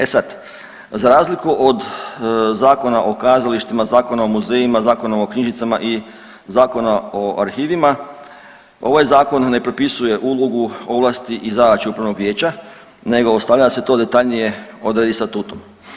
E sad, za razliku od Zakona o kazalištima, Zakona o muzejima, Zakona o knjižnicama i Zakona o arhivima, ovaj Zakon ne propisuje ulogu ovlasti i zadaće upravnog vijeća nego ostavlja se to detaljnije odredit statutom.